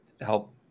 help